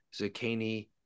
zucchini